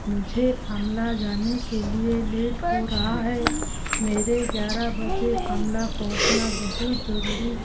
मुझे आमला जाने के लिए लेट हो रहा है मेरे ग्यारह बजे आमला पहुँचना बहुत ज़रूरी